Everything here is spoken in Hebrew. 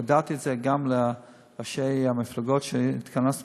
הודעתי את זה גם לראשי המפלגות שהתכנסו